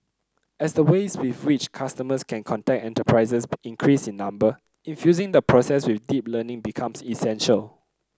as the ways with which customers can contact enterprises increase in number infusing the process with deep learning becomes essential